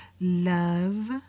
love